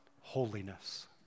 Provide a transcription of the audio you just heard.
holiness